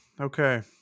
okay